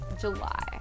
July